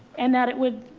and that it would,